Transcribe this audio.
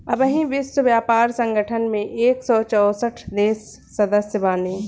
अबही विश्व व्यापार संगठन में एक सौ चौसठ देस सदस्य बाने